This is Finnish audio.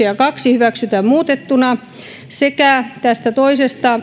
ja toinen lakiehdotus hyväksytään muutettuina ja tästä toisesta